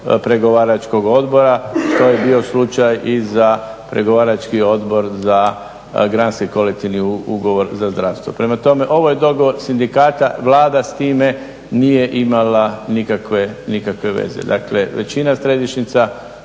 pregovaračkog odbora što je bio slučaj i za pregovarački odbor za granski kolektivni ugovor za zdravstvo. Prema tome, ovo je dogovor sindikata, Vlada s time nije imala nikakve veze. Dakle većina središnjica,